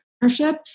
partnership